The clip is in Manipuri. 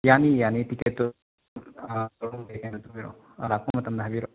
ꯌꯥꯅꯤ ꯌꯥꯅꯤ ꯇꯤꯀꯦꯠꯇꯨ ꯂꯥꯛꯄ ꯃꯇꯝꯗ ꯍꯥꯏꯕꯤꯔꯛꯑꯣ